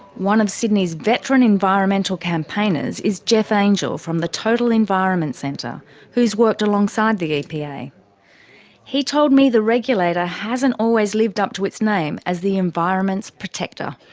one of sydney's veteran environmental campaigners is jeff angel from the total environment centre who's worked alongside the epa. he told me the regulator hasn't always lived up to its name as the environment's protector.